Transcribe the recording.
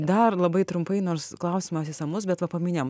dar labai trumpai nors klausimas išsamus bet va paminėjom